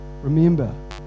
Remember